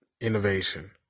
Innovation